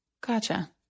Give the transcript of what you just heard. Gotcha